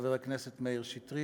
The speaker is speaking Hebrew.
חבר הכנסת מאיר שטרית,